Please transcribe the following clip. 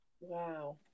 Wow